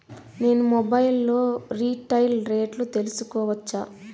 నేను మొబైల్ లో రీటైల్ రేట్లు తెలుసుకోవచ్చా?